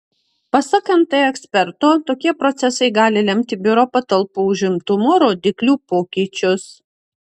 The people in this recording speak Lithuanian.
pasak nt eksperto tokie procesai gali lemti biuro patalpų užimtumo rodiklių pokyčius